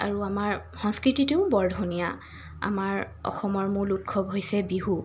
আৰু আমাৰ সংস্কৃতিটোও বৰ ধুনীয়া আমাৰ অসমৰ মূল উৎসৱ হৈছে বিহু